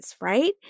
right